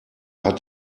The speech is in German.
hat